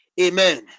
Amen